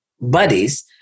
buddies